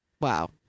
Wow